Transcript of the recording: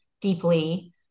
deeply